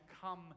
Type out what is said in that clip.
come